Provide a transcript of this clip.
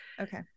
Okay